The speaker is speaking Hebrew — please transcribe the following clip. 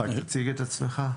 תציג את עצמך.